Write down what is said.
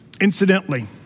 Incidentally